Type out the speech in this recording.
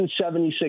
176